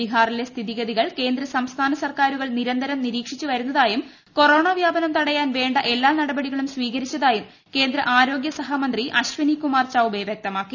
ബീഹാറിലെ സ്ഥിതിഗതികൾ കേന്ദ്ര സംസ്ഥാന് സർക്കാരുകൾ നിരന്തരം നിരീക്ഷിച്ചു വരുന്നതായും കൊറോണ വ്യാപനം തടയാൻ വേണ്ട എല്ലാ നടപടികളും സ്വീകരിച്ചതായും കേന്ദ്ര ആരോഗ്യ സഹമന്ത്രി അശ്വിനി ്കുമാർ ചൌബേ വ്യക്തമാക്കി